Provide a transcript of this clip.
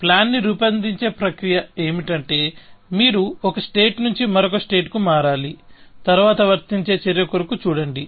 plan ని రూపొందించే ప్రక్రియ ఏమిటంటే మీరు ఒక స్టేట్ నుంచి మరో స్టేట్ కి మారాలి తరువాత వర్తించే చర్య కొరకు చూడండి